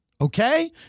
Okay